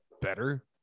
better